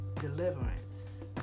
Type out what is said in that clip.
deliverance